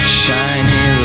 shiny